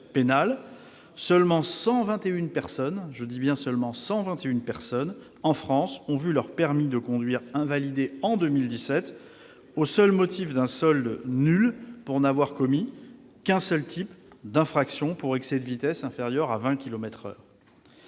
seulement 121 personnes en France ont vu leur permis de conduire invalidé en 2017 pour solde nul en n'ayant commis qu'un seul type d'infraction : des excès de vitesse inférieurs à 20 kilomètres